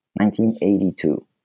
1982